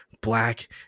black